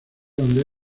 donde